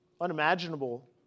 unimaginable